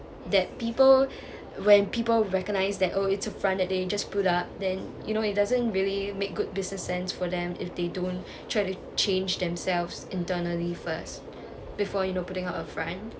that people when people recognise that oh it's a front that they just put up then you know it doesn't really make good business sense for them if they don't try to change themselves internally first before you know putting up a front